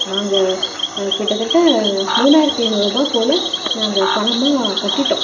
நாங்கள் கிட்டத்தட்ட மூணாயிரத்தி ஐநூறுபாய் போல நாங்கள் பணமாக கட்டிவிட்டோம்